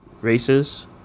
Races